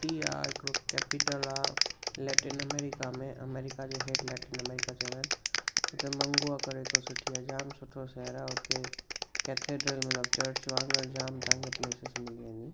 T आहे हिकिड़ो capital आहे लैटिन अमेरीका में अमेरीका जे हेठि लैटिन अमेरीका चवंदा आहिनि हुते मंगूवा करे हिकिड़ो सुठी आहे जामु सुठो शहर आहे हुते कैथेट्रिल मतलबु चर्च वांगुरु जाम तव्हांखे प्लेसिसि मिली वेंदियूं